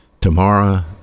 tomorrow